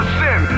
sin